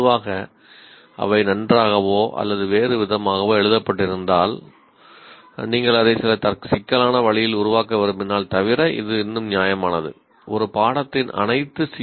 பொதுவாக அவை நன்றாகவோ அல்லது வேறுவிதமாகவோ எழுதப்பட்டிருந்தால் ஒரு பாடத்தின் அனைத்து சி